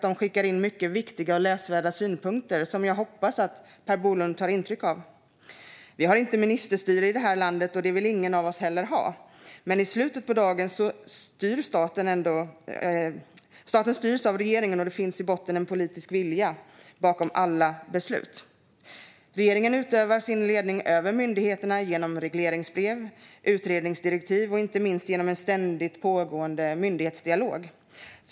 De skickar in mycket viktiga och läsvärda synpunkter som jag hoppas att Per Bolund tar intryck av. Vi har inte ministerstyre i det här landet, och det vill heller ingen av oss ha. Men i slutet av dagen styrs staten ändå av regeringen, och det finns i botten en politisk vilja bakom alla beslut. Regeringen utövar sin ledning över myndigheterna genom regleringsbrev, utredningsdirektiv och inte minst en ständigt pågående myndighetsdialog.